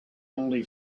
only